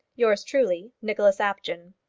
yours truly, nicholas apjohn.